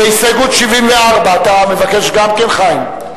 להסתייגות 74, אתה מבקש גם כן, חיים?